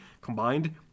combined